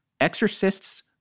Exorcist's